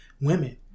women